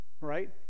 Right